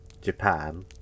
Japan